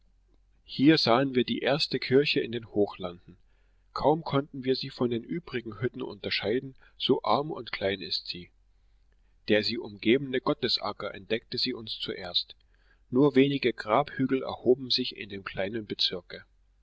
hier sahen wir die erste kirche in den hochlanden kaum konnten wir sie von den übrigen hütten unterscheiden so arm und klein ist sie der sie umgebende gottesacker entdeckte sie uns zuerst nur wenige grabhügel erhoben sich in dem kleinen bezirke